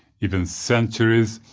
even centuries.